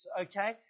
Okay